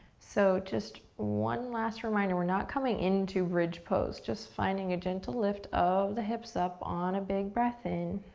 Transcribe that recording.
so just one last reminder, we're not coming into bridge pose, just finding a gentle lift of the hips up on a big breath in,